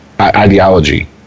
ideology